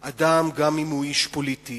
אדם, גם אם הוא איש פוליטי